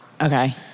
Okay